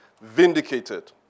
vindicated